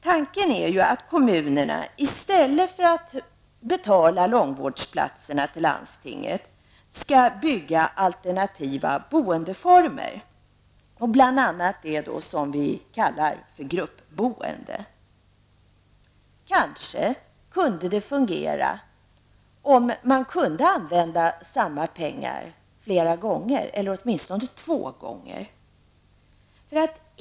Tanken är ju att kommunerna i stället för att betala långvårdsplatserna till landstinget skall bygga alternativa boendeformer. Bl.a. gäller det då det som vi kallar gruppboende. Kanske kunde det fungera om man kunde använda samma pengar flera gånger eller åtminstone två gånger.